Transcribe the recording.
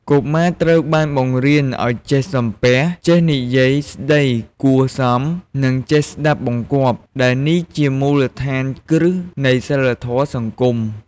កុមារត្រូវបានបង្រៀនឱ្យចេះសំពះ ចេះនិយាយស្តីគួរសម និងចេះស្ដាប់បង្គាប់ ដែលនេះជាមូលដ្ឋានគ្រឹះនៃសីលធម៌សង្គម។